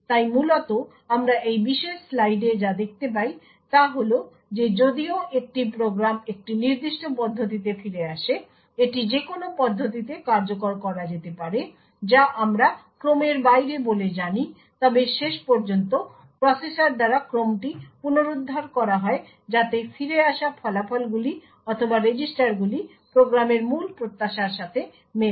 তাই মূলত আমরা এই বিশেষ স্লাইডে যা দেখতে পাই তা হল যে যদিও একটি প্রোগ্রাম একটি নির্দিষ্ট পদ্ধতিতে ফিরে আসে এটি যে কোনও পদ্ধতিতে কার্যকর করা যেতে পারে যা আমরা ক্রমের বাইরে বলে জানি তবে শেষ পর্যন্ত প্রসেসর দ্বারা ক্রমটি পুনরুদ্ধার করা হয় যাতে ফিরে আসা ফলাফলগুলি অথবা রেজিস্টারগুলি প্রোগ্রামের মূল প্রত্যাশার সাথে মেলে